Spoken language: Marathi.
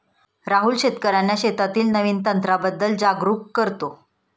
राहुल शेतकर्यांना शेतीतील नवीन तंत्रांबद्दल जागरूक करतो